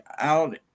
out